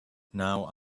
now